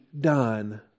done